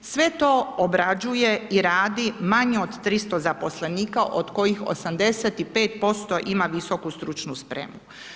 Sve to obrađuje i radi manje od 300 zaposlenika, od kojih 85% ima visoku stručnu spremu.